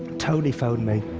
tony phoned me.